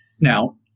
Now